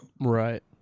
Right